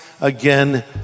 again